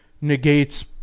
negates